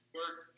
work